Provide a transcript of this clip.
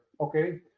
Okay